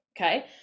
okay